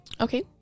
okay